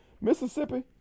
Mississippi